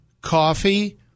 coffee